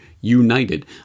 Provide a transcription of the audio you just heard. united